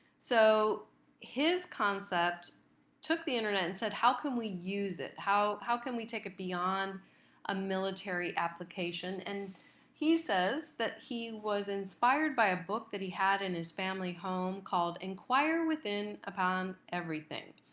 so his concept took the internet and said how can we use it? how how can we take it beyond a military application? and he says that he was inspired by a book that he had in his family home called inquire within upon everything.